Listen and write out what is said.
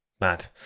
Mad